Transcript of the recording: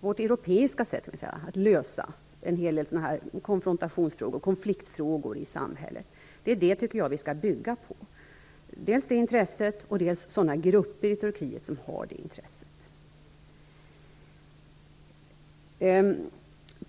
vårt europeiska sätt att lösa en del av de konfrontations och konfliktfrågor som finns i samhället, som jag tycker att vi skall bygga på. Vi skall dels stödja detta intresse, dels stödja de grupper i Turkiet som har intresset.